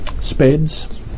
Spades